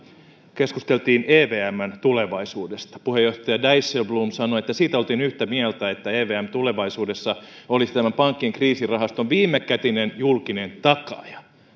keskusteltiin evmn tulevaisuudesta puheenjohtaja dijsselbloem sanoi että siitä oltiin yhtä mieltä että evm tulevaisuudessa olisi tämän pankkien kriisirahaston viimekätinen julkinen takaaja